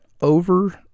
over